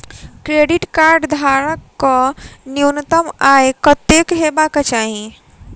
Credit card धारक कऽ न्यूनतम आय कत्तेक हेबाक चाहि?